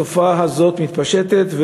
התופעה הזאת מתפשטת.